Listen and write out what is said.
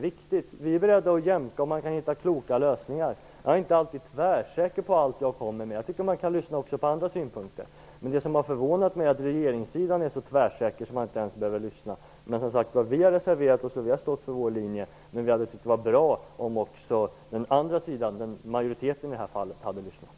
Vidare är vi beredda att jämka, om det går att hitta kloka lösningar. Jag är inte alltid tvärsäker på allt som jag kommer med. Man kan mycket väl lyssna också på andras synpunkter. Det som förvånat mig är att man på regeringssidan är så säker att man inte ens behöver lyssna. Vi har, som sagt, reserverat oss, men vi har stått fast vid vår linje. Det hade varit bra om också den andra sidan, i det här fallet majoriteten, hade lyssnat.